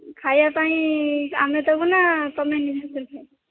ଖାଇବା ପାଇଁ ଆମେ ଦେବୁ ନା ତୁମେ ନିଜେ